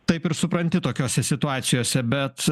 taip ir supranti tokiose situacijose bet